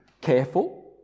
careful